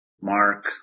Mark